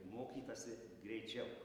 mokytasi greičiau